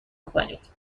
کنید